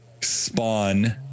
spawn